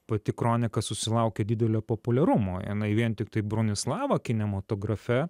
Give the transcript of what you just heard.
pati kronika susilaukė didelio populiarumo jinai vien tiktai bronislavą kinematografe